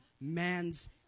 man's